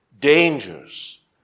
dangers